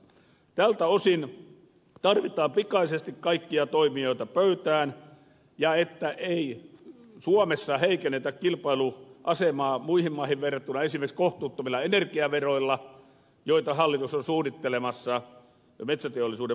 tältä osin tarvitaan pikaisesti kaikkia toimijoita pöytään ja sitä että ei heikennetä suomen kilpailuasemaa muihin maihin verrattuna esimerkiksi kohtuuttomilla energiaveroilla joita hallitus on suunnittelemassa metsäteollisuuden maksettavaksi